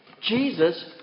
Jesus